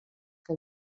que